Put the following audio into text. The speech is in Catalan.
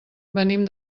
venim